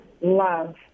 love